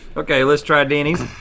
okay let's try denny's.